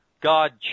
God